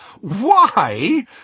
Why